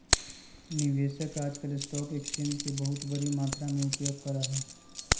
निवेशक आजकल stock exchange के बहुत बडी मात्रा में उपयोग करा हई